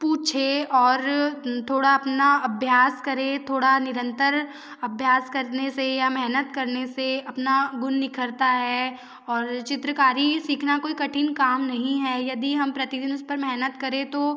पूछेँ और थोड़ा अपना अभ्यास करेँ थोड़ा निरंतर अभ्यास करने से या मेहनत करने से अपना गुण निखरता है और चित्रकारी सीखना कोई कठिन काम नहीं है यदि हम प्रतिदिन उस पर मेहनत करें तो